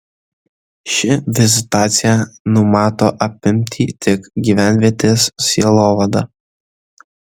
ši vizitacija numato apimti tik gyvenvietės sielovadą